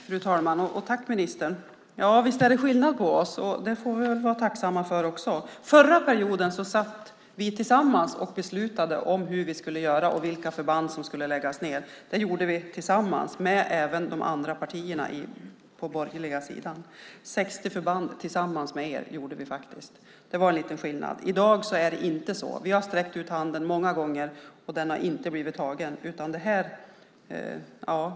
Fru talman! Jag tackar ministern även för det inlägget. Visst är det skillnad på oss, och det får vi väl vara tacksamma för. Förra mandatperioden beslutade vi tillsammans om hur vi skulle göra och vilka förband som skulle läggas ned. Det gjorde vi tillsammans med partierna på den borgerliga sidan. 60 förband lade vi ned tillsammans med dem. Det är en liten skillnad. I dag är det inte så. Vi har sträckt ut handen många gånger, men den har inte fattats.